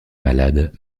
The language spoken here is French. malade